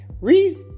Read